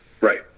Right